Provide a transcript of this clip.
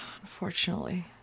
unfortunately